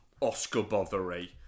Oscar-bothery